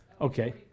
Okay